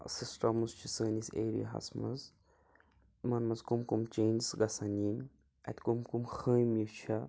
systems چھِ سٲنِس area ہَس منٛز یِمَن منٛز کٕم کٕم چینٛجِز گژھَن یِنۍ اَتہِ کٕم کٕم خٲمیہِ چھِ